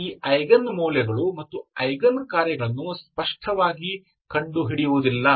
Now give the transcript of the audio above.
ಆದ್ದರಿಂದ ನೀವು ಈ ಐಗನ್ ಮೌಲ್ಯಗಳು ಮತ್ತು ಐಗನ್ ಕಾರ್ಯಗಳನ್ನು ಸ್ಪಷ್ಟವಾಗಿ ಕಂಡು ಹಿಡಿಯುವುದಿಲ್ಲ